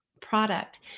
product